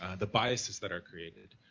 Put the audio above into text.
ah the biases that are created,